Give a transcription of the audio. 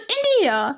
India